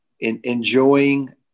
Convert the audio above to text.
enjoying